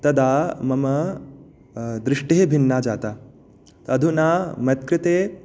तदा मम दृष्टिः भिन्ना जाता अधुना मत्कृते